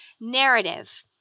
narrative